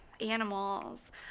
Animals